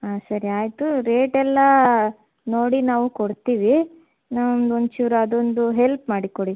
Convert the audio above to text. ಹಾಂ ಸರಿ ಆಯಿತು ರೇಟೆಲ್ಲ ನೋಡಿ ನಾವು ಕೊಡ್ತೀವಿ ನಂಗೆ ಒಂಚೂರು ಅದೊಂದು ಹೆಲ್ಪ್ ಮಾಡಿಕೊಡಿ